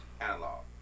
analog